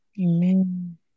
Amen